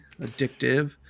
addictive